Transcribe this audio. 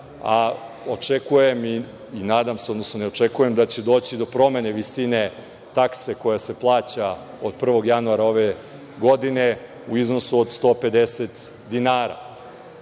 Očekujem i nadam se, odnosno ne očekujem da će doći do promene visine takse koja se plaća od 1. januara ove godine, u iznosu od 150 dinara. Imao